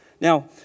Now